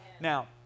Now